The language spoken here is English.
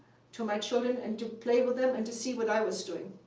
to my children and to play with them and to see what i was doing.